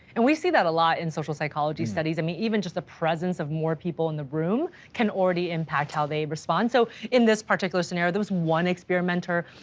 and we see that a lot in social psychology studies, i mean, even just the presence of more people in the room can already impact how they respond. so in this particular scenario, there was one experimenter,